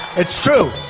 it's true.